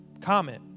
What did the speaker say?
Comment